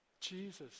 Jesus